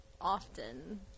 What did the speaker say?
often